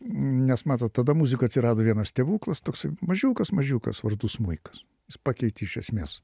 nes matot tada muzikoj atsirado vienas stebuklas toksai mažiukas mažiukas vardu smuikas pakeitė iš esmės